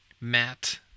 Matt